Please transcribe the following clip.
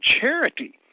charity